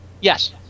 Yes